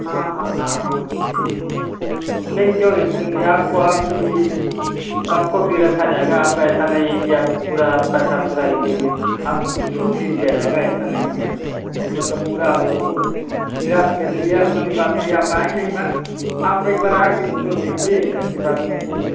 हाँ हाँ हाँ हाँ हाँ ठीक ठीक नहीं क्यों नहीं क्यों नहीं आपको आपको भी आपको भी रखा जाएगा आप ऐसा नहीं है कि आप पूरा पैसा पूरा ही देंगे आपको छूट भी दिया जाएगा ऐसा नहीं है मतलब पूरा आपको निराश कर दें निराश वाली बता नहीं आप आएँगे एक बार आप एक बार आ कर तो देखिए ऐसी बात नहीं है